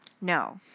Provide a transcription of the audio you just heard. No